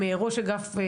אני מהתביעות.